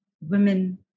women